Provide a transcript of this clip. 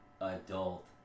adult